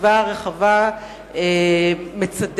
וחשיבה כזאת מובילה בהכרח למסקנה שיש